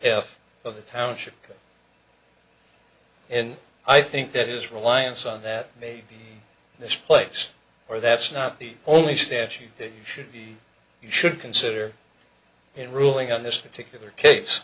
of the township and i think that is reliance on that maybe this place or that's not the only stance you should be you should consider in ruling on this particular case